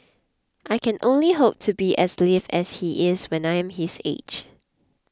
I can only hope to be as lithe as he is when I am his age